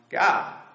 God